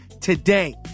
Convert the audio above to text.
today